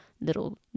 little